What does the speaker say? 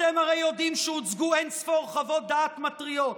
אתם הרי יודעים שהוצגו אין-ספור חוות דעת מתריעות,